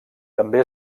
també